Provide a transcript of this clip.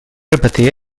repetia